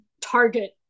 target